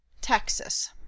Texas